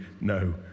no